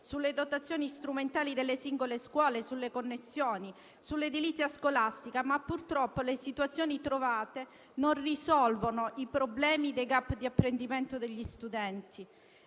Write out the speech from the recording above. nelle dotazioni strumentali delle singole scuole, nelle connessioni e nell'edilizia scolastica, ma le soluzioni trovate non risolvono purtroppo i problemi dei *gap* di apprendimento degli studenti.